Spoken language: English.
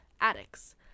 addicts